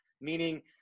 meaning